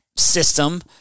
system